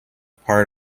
part